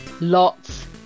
Lots